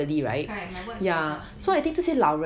correct my wards mostly elderly